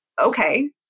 okay